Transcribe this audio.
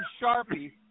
Sharpie